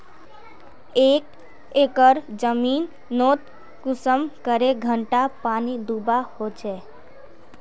एक एकर जमीन नोत कुंसम करे घंटा पानी दुबा होचए?